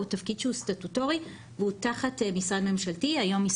תפקיד שהוא סטטוטורי והוא תחת משרד ממשלתי היום,